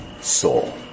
soul